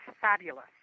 fabulous